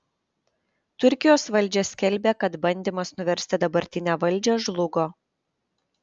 turkijos valdžia skelbia kad bandymas nuversti dabartinę valdžią žlugo